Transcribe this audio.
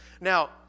Now